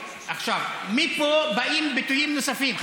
מפה באים ביטויים נוספים.